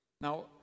Now